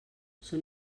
són